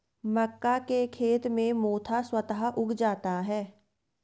मक्का के खेत में मोथा स्वतः उग जाता है